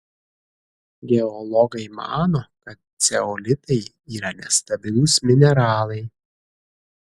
geologai mano kad ceolitai yra nestabilūs mineralai